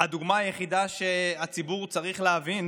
הדוגמה היחידה שהציבור צריך להבין